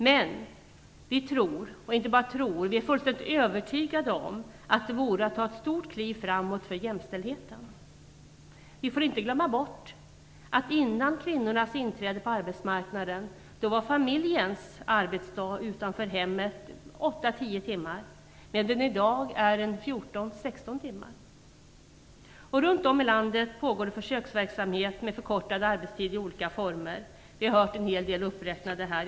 Men vi är fullständigt övertygade om att det vore ett stort kliv framåt för jämställdheten. Vi får inte glömma bort att före kvinnornas inträde på arbetsmarknaden var familjens arbetsdag utanför hemmet 8-10 timmar medan den i dag är 14-16 timmar. Runt om i landet pågår det försöksverksamhet med förkortad arbetstid i olika former. Vi har hört en hel del räknas upp här.